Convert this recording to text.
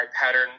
pattern